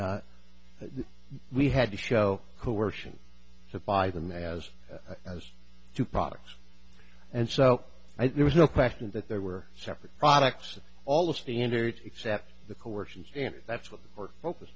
that we had to show coercion to buy them as two products and so there was no question that there were separate products of all the standards except the coercion and that's what we're focused